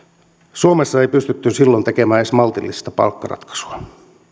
suomessa ei pystytty silloin tekemään edes maltillista palkkaratkaisua